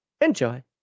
enjoy